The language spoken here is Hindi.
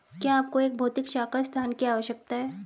क्या आपको एक भौतिक शाखा स्थान की आवश्यकता है?